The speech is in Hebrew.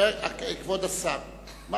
כבוד השר, מה